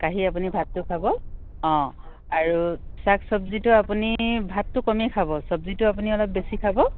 কাঢ়ি আপুনি ভাতটো খাব অঁ আৰু শাক চব্জিটো আপুনি ভাতটো কমেই খাব চব্জিটো আপুনি অলপ বেছি খাব